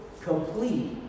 complete